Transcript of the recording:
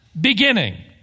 beginning